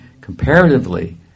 comparatively